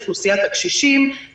אוכלוסיית הקשישים,